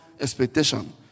expectation